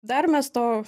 dar mes to